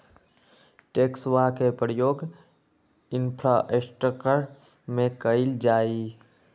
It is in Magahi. टैक्सवा के प्रयोग इंफ्रास्ट्रक्टर में कइल जाहई